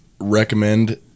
recommend